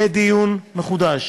יהיה דיון מחודש,